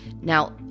now